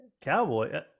cowboy